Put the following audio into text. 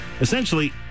Essentially